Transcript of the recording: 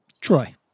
Troy